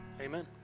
Amen